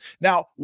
Now